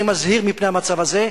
אני מזהיר מפני המצב הזה.